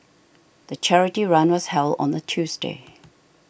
the charity run was held on a Tuesday